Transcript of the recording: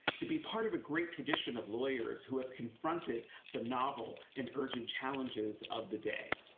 to be part of a great tradition of lawyers who have confronted the novel and urgent challenges of the day.